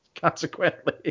Consequently